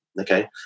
Okay